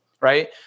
Right